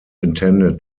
intended